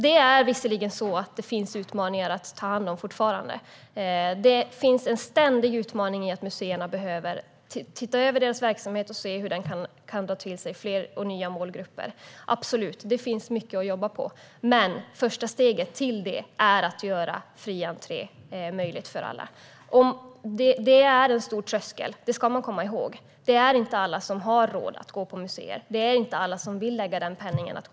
Det finns visserligen fortfarande utmaningar att ta hand om. En ständig utmaning är att museerna behöver titta över sin verksamhet för att se hur den kan dra till sig fler och nya målgrupper - absolut. Det finns mycket att jobba på. Men första steget är att göra fri entré möjlig för alla. Det är en stor tröskel; det ska man komma ihåg. Det är inte alla som har råd att gå på museum och vill lägga pengarna på detta.